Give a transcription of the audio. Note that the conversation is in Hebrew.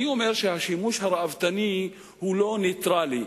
אני אומר שהשימוש הראוותני הוא לא נייטרלי.